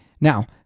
now